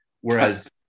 Whereas